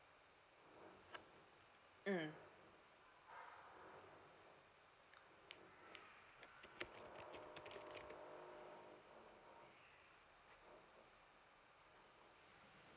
mm